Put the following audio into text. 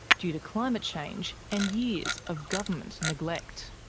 due to climate change and years of government neglect.